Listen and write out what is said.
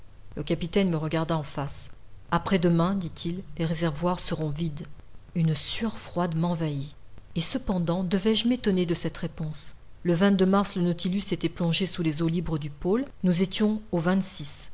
le capitaine me regarda en face après-demain dit-il les réservoirs seront vides une sueur froide m'envahit et cependant devais-je m'étonner de cette réponse le mars le nautilus s'était plongé sous les eaux libres du pôle nous étions au